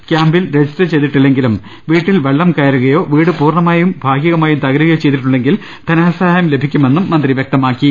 ക്യാമ്പിൽ രജിസ്റ്റർ ചെയ്തിട്ടില്ലെങ്കിലും വീട്ടിൽ വെള്ളം കയറുകയോ വീട് പൂർണമായോ ഭാഗികമായോ തകരുകയോ ചെയ്തിട്ടുണ്ടെങ്കിൽ ധനസഹായം ലഭിക്കുമെന്നും മന്ത്രി വ്യക്തമാക്കി